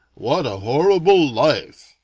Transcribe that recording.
what a horrible life!